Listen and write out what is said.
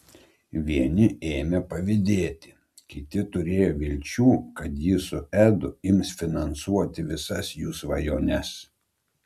vieni ėmė pavydėti kiti turėjo vilčių kad ji su edu ims finansuoti visas jų svajones